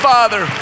Father